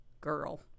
girl